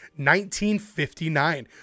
1959